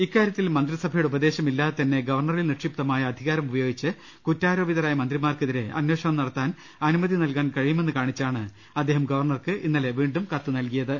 ഇക്കാര്യത്തിൽ മന്ത്രിസഭയുടെ ഉപ്പദേശം ഇല്ലാതെ തന്നെ ഗവർണ്ണറിൽ നിക്ഷിപ്തമായ അധികാരം ഉപയോഗിച്ച് കുറ്റാരോപിതരായ മന്ത്രിമാർക്കെതിരെ അന്വേഷണം നടത്താൻ അനുമതി നൽകാൻ കഴിയുമെന്ന് കാണിച്ചാണ് അദ്ദേഹം ഗവർണർക്ക് വീണ്ടും കത്ത് നൽകിയത്